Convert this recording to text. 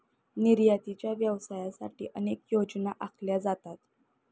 निर्यातीच्या व्यवसायासाठी अनेक योजना आखल्या जातात